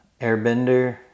Airbender